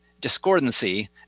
discordancy